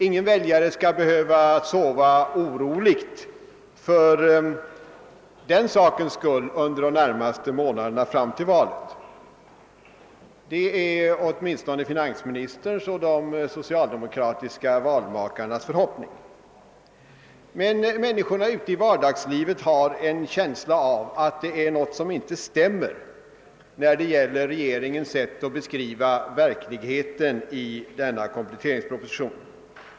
Inga väljare skall behöva sova oroligt för den sakens skull under de närmaste månaderna fram till valet. Det är åtminstone finansministerns och de socialdemokratiska valmakarnas förhoppning. Men människorna ute i vardagslivet har en känsla av att det är något som inte stämmer när det gäller regeringens sätt att i denna kompletteringsproposition beskriva verkligheten.